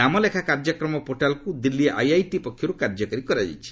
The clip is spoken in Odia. ନାମଲେଖା କାର୍ଯ୍ୟକ୍ରମ ପୋର୍ଟାଲ୍କୁ ଦିଲ୍ଲୀ ଆଇଆଇଟି ପକ୍ଷରୁ କାର୍ଯ୍ୟକାରୀ କରାଯାଇଛି